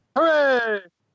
Hooray